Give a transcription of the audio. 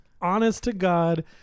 honest-to-God